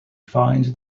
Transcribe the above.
finds